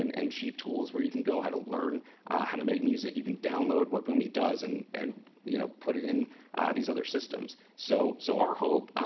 and and sheet tools where you can go how to learn how to make music, you can download what boomy does, and and you know, put it in these other systems. so so our hope,